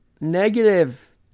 Negative